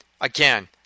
Again